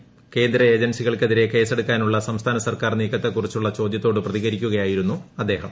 ക്യേന്ദ്ര ഏജൻസികൾക്കെതിരെ കേസെടുക്കാനുള്ള സംസ്ഫ്റ്റ് സർക്കാർ നീക്കത്തെക്കുറിച്ചുള്ള ചോദ്യത്തോട് പ്രതിക്ടിക്കുകയായിരുന്നു അദ്ദേഹം